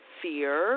fear